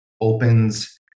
opens